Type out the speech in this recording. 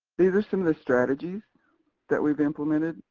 these are some of the strategies that we've implemented.